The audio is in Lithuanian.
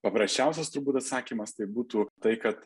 paprasčiausias turbūt atsakymas tai būtų tai kad